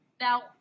Now